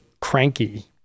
cranky